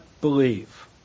believe